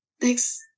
thanks